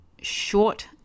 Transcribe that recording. short